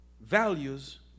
values